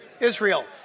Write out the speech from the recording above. Israel